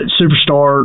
superstar